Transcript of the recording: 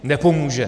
Nepomůže.